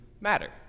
matter